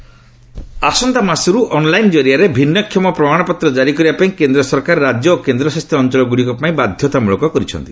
ଭିନ୍ନକ୍ଷମ ପ୍ରମାଣପତ୍ର ଆସନ୍ତା ମାସରୁ ଅନ୍ଲାଇନ୍ ଜରିଆରେ ଭିନ୍ନକ୍ଷମ ପ୍ରମାଣପତ୍ର ଜାରି କରିବା ପାଇଁ କେନ୍ଦ୍ର ସରକାର ରାଜ୍ୟ ଓ କେନ୍ଦ୍ରଶାସିତ ଅଞ୍ଚଳ ଗୁଡ଼ିକ ପାଇଁ ବାଧ୍ୟତା ମୂଳକ କରିଛନ୍ତି